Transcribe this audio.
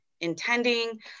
intending